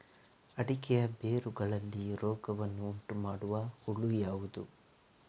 ಅಡಿಕೆಯ ಬೇರುಗಳಲ್ಲಿ ರೋಗವನ್ನು ಉಂಟುಮಾಡುವ ಹುಳು ಯಾವುದು?